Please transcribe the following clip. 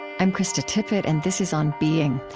i'm krista tippett, and this is on being.